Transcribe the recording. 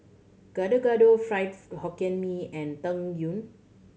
Gado Gado fried Hokkien Mee and Tang Yuen